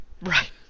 Right